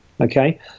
Okay